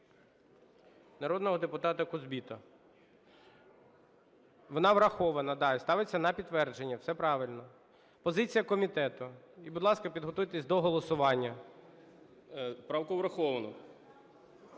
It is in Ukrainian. Народного депутата Кузбита. Вона врахована, да, і ставиться на підтвердження. Все правильно. Позиція комітету. І, будь ласка, підготуйтесь до голосування. 12:41:34